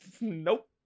nope